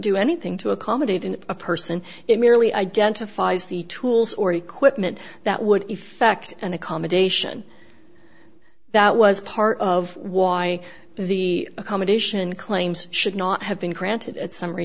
do anything to accommodate in a person it merely identifies the tools or equipment that would effect an accommodation that was part of why the accommodation claims should not have been granted summary